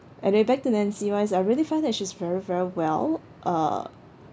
and we're back to nancy wise I really find that she's very very well uh